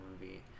movie